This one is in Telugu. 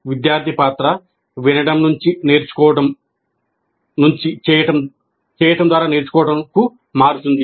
విద్యార్థి పాత్ర వినడం నుండి నేర్చుకోవడం నుంచి చేయటం ద్వారా నేర్చుకోవడం కు మారుతుంది